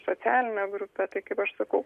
socialine grupe tai kaip aš sakau